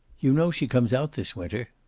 you know she comes out this winter.